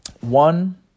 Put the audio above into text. one